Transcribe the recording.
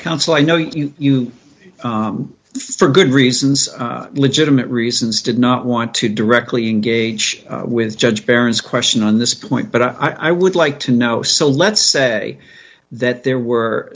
counsel i know you you for good reasons legitimate reasons did not want to directly engage with judge baron's question on this point but i would like to know so let's say that there were